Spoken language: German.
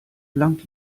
blank